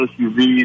SUVs